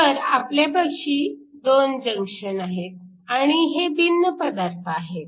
तर आपल्यापाशी २ जंक्शन आहेत आणि हे भिन्न पदार्थ आहेत